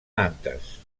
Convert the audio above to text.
nantes